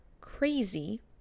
crazy